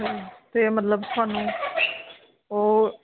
ਫੇਰ ਮਤਲਬ ਤੁਹਾਨੂੰ ਉਹ